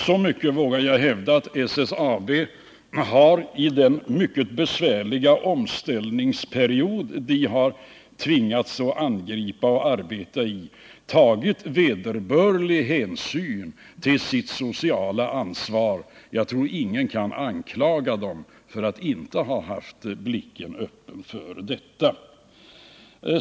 Så mycket vågar jag hävda som att SSAB under den mycket krävande period av omställning som det tvingats ta itu med och arbeta under, har tagit vederbörlig hänsyn till sitt sociala ansvar. Jag tror ingen kan anklaga SSAB för att inte ha haft blicken öppen för detta.